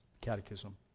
Catechism